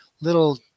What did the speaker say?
little